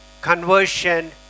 conversion